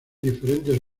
diferentes